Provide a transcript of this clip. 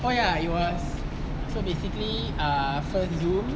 oh ya it was so basically ah first zoom